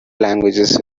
languages